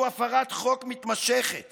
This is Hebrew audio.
לכיבוש, שהוא הפרת חוק מתמשכת